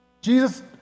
Jesus